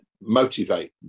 motivate